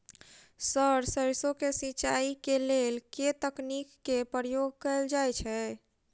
Sir सैरसो केँ सिचाई केँ लेल केँ तकनीक केँ प्रयोग कैल जाएँ छैय?